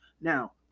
Now